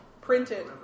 printed